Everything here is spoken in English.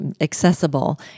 accessible